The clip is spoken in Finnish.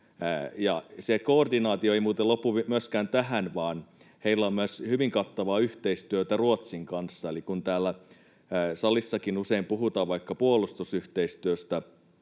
koordinaatio ei muuten lopu myöskään tähän, vaan heillä on myös hyvin kattavaa yhteistyötä Ruotsin kanssa, eli kun täällä salissakin usein puhutaan vaikka puolustusyhteistyöstä